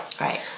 Right